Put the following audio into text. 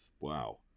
wow